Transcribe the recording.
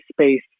space